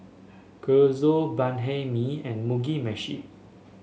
Gyoza Banh Mi and Mugi Meshi